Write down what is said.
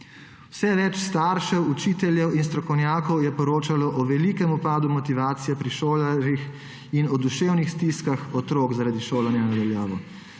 Vse več staršev, učiteljev in strokovnjakov je poročalo o velikem upadu motivacije pri šolarjih in o duševnih stiskah otrok zaradi šolanja na daljavo.